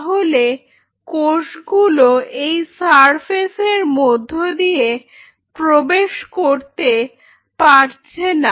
তাহলে কোষগুলো এই সারফেসের মধ্য দিয়ে প্রবেশ করতে পারছে না